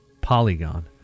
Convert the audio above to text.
Polygon